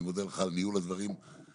ואני מודה לך על ניהול הדברים בכלל,